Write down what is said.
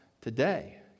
today